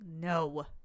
No